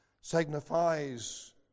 signifies